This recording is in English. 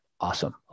awesome